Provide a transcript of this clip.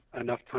enough